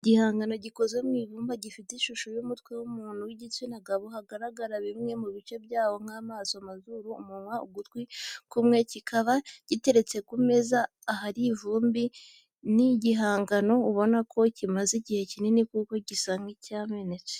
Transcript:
igihangano gikoze mw'ibumba gifite ishusho y'umutwe w'umuntu w'igitsina gabo hagaragara bimwe mu bice byawo nk'amaso amazuru, umunwa ugutwi kumwe kikaba giteretse ku meza ariho ivumbi ni igihangano ubona ko kimaze igihe kinini kuko gisa n'icyangiritse